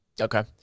Okay